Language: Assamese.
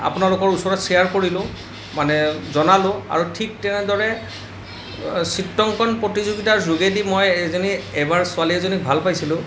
আপোনালোকৰ ওচৰত চেয়াৰ কৰিলোঁ মানে জনালোঁ আৰু ঠিক তেনেদৰে চিত্ৰাঙ্কন প্ৰতিযোগিতাৰ যোগেদি মই এজনী এবাৰ ছোৱালী এজনী ভাল পাইছিলোঁ